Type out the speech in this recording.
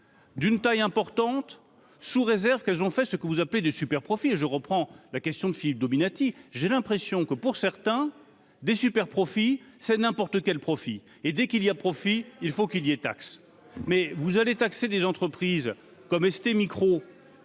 D'une taille importante, sous réserve qu'elles ont fait ce que vous appelez des super profits et je reprends la question de Philippe Dominati j'ai l'impression que pour certains des superprofits profits c'est n'importe quel profit et dès qu'il y a profit, il faut qu'il y ait taxe mais vous allez taxer des entreprises comme ST Micro